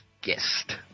guest